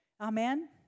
Amen